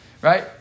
right